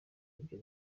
ibyo